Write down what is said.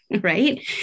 Right